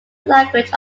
language